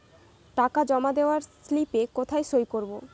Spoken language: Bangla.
টাকা জমা দেওয়ার স্লিপে কোথায় সই করব?